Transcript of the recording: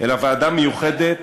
אלא ועדה מיוחדת,